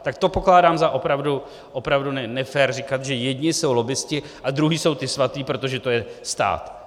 Tak to pokládám za opravdu nefér říkat, že jedni jsou lobbisti a druzí jsou ti svatí, protože to je stát.